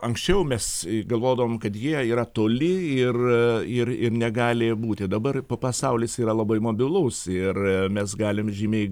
anksčiau mes galvodavom kad jie yra toli ir ir ir negali būti dabar pasaulis yra labai mobilus ir mes galim žymiai